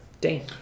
Dane